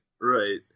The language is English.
right